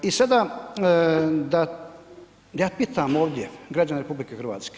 I sada da ja pitam ovdje građene RH.